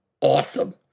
awesome